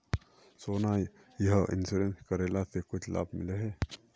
सोना यह इंश्योरेंस करेला से कुछ लाभ मिले है?